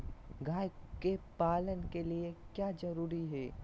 गाय के पालन के लिए क्या जरूरी है?